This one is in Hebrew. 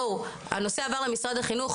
הנושא עבר למשרד החינוך,